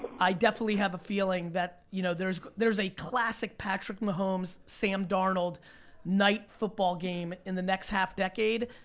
i definitely have a feeling that, you know, there's there's a classic patrick mahomes, sam darnold night football game in the next half decade,